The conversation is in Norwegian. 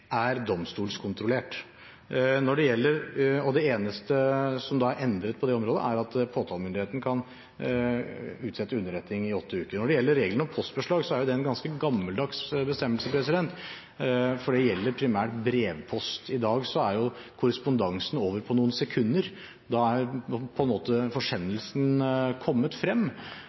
er domstolskontrollert. Det eneste som er endret på det området, er at påtalemyndigheten kan utsette underretning i åtte uker. Når det gjelder regelen om postbeslag, er det en ganske gammeldags bestemmelse, for det gjelder primært brevpost. I dag er korrespondansen over på noen sekunder. Da er på en måte forsendelsen kommet frem.